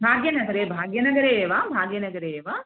भाग्यनगरे भाग्यनगरे एव भाग्यनगरे एव